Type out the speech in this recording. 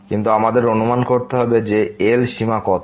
কিন্তু আমাদের অনুমান করতে হবে যে L সীমা কত